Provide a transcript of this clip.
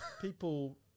people